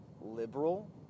liberal